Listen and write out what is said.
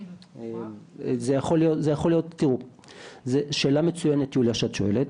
זה שאלה מצוינת, יוליה, שאת שואלת.